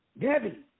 Debbie